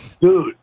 Dude